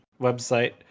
Website